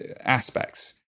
aspects